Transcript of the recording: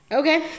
okay